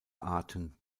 arten